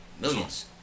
millions